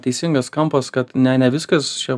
teisingas kampas kad ne ne viskas čia